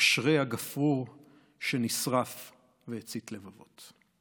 אשרי הגפרור שנשרף והצית לבבות".